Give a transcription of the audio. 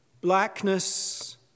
blackness